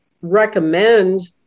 recommend